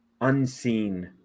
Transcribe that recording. unseen